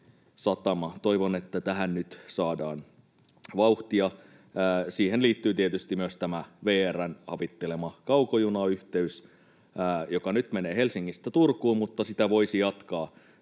Toivon, että tähän nyt saadaan vauhtia. Siihen liittyy tietysti myös tämä VR:n havittelema kaukojunayhteys, joka nyt menee Helsingistä Turkuun, mutta sitä voisi jatkaa